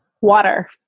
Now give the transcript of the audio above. water